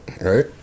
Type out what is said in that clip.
right